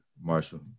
Marshall